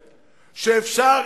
שאפשר,